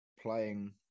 playing